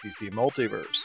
Multiverse